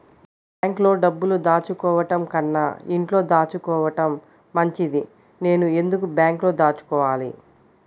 బ్యాంక్లో డబ్బులు దాచుకోవటంకన్నా ఇంట్లో దాచుకోవటం మంచిది నేను ఎందుకు బ్యాంక్లో దాచుకోవాలి?